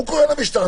הוא קורא למשטרה,